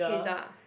Hazel